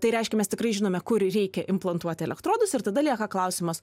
tai reiškia mes tikrai žinome kur reikia implantuoti elektrodus ir tada lieka klausimas